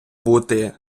бути